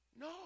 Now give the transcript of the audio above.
no